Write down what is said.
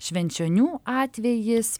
švenčionių atvejis